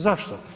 Zašto?